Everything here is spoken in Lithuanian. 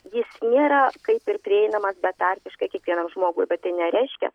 jis nėra kaip ir prieinamas betarpiškai kiekvienam žmogui bet tai nereiškia